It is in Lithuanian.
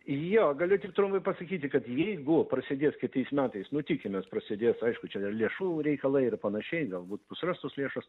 jo galiu tik trumpai pasakyti kad jeigu prasidės kitais metais nu tikimės prasidės aišku čia dar lėšų reikalai ir panašiai galbūt bus rastos lėšos